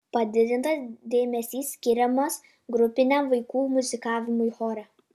padidintas dėmesys skiriamas grupiniam vaikų muzikavimui chore